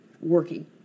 working